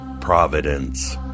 providence